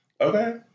Okay